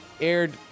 aired